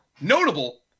Notable